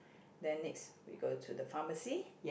then next we go to the pharmacy